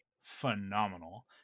phenomenal